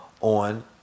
on